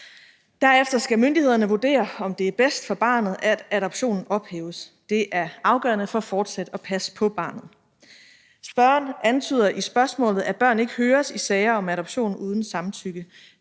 Derefter skal myndighederne vurdere, om det er bedst for barnet, at adoptionen ophæves. Det er afgørende for fortsat at passe på barnet. Spørgeren antyder i spørgsmålet, at børn ikke høres i sager om adoption uden samtykke.